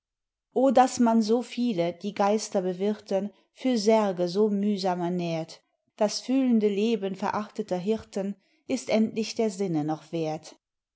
o dass man so viele die geister bewirthen für särge so mühsam ernährt das fühlende leben verachteter hirten ist endlich der sinne noch werth